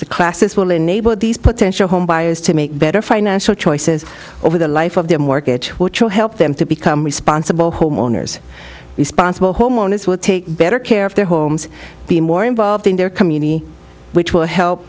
the classes will enable these potential homebuyers to make better financial choices over the life of their mortgage which will help them to become responsible homeowners responsible homeowners will take better care of their homes be more involved in their community which will help